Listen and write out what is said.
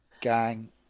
gang